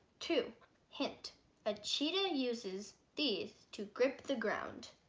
too hint a cheetah uses these to grip the ground